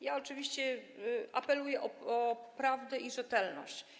Ja oczywiście apeluję o prawdę i rzetelność.